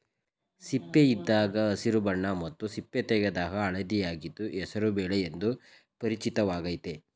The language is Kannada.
ಸಿಪ್ಪೆಯಿದ್ದಾಗ ಹಸಿರು ಬಣ್ಣ ಮತ್ತು ಸಿಪ್ಪೆ ತೆಗೆದಾಗ ಹಳದಿಯಾಗಿದ್ದು ಹೆಸರು ಬೇಳೆ ಎಂದು ಪರಿಚಿತವಾಗಯ್ತೆ